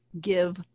give